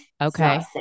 Okay